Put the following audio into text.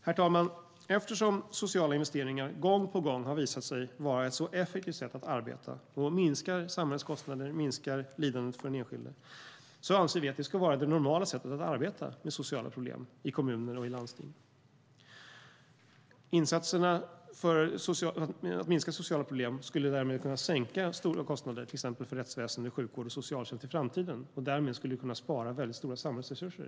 Herr talman! Eftersom sociala investeringar gång på gång har visat sig vara ett så effektivt sätt att arbeta och minskar samhällets kostnader och minskar lidandet för den enskilde anser vi att det ska vara det normala sättet att arbeta med sociala problem i kommuner och landsting. Insatserna för att minska sociala problem skulle därmed kunna minska kostnaderna mycket för till exempel rättsväsendet, sjukvården och socialtjänsten i framtiden. Därmed skulle vi kunna spara mycket stora samhällsresurser.